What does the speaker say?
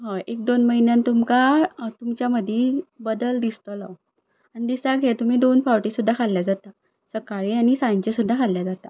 हय एक दोन म्हयन्यान तुमकां तुमच्या मदीं बदल दिसतलो दिसाक हे तुमी दोन फावटी सुद्दां खाल्ल्या जाता सकाळीं आनी सांचें सुद्दां खाल्ल्या जाता